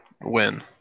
Win